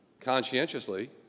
conscientiously